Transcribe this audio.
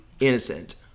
Innocent